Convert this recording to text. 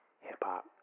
hip-hop